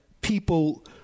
people